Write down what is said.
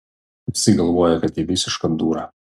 visi galvoja kad ji visiška dūra